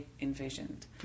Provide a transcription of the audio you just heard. envisioned